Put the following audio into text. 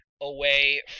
away